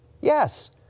Yes